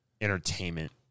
entertainment